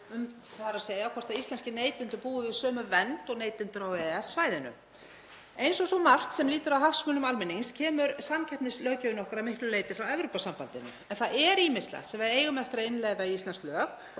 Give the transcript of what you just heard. um hvort íslenskir neytendur búi við sömu vernd og neytendur á EES-svæðinu. Eins og svo margt sem lýtur að hagsmunum almennings kemur samkeppnislöggjöfin okkur að miklu leyti frá Evrópusambandinu en það er ýmislegt sem við eigum eftir að innleiða í íslensk lög.